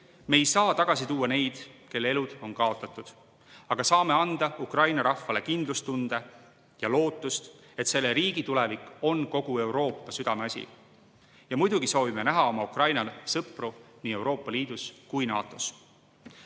Me ei saa tagasi tuua neid, kelle elud on kaotatud, aga saame anda Ukraina rahvale kindlustunde ja lootust, et selle riigi tulevik on kogu Euroopa südameasi. Ja muidugi soovime näha oma Ukraina sõpru nii Euroopa Liidus kui ka